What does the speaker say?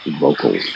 vocals